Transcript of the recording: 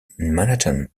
manhattan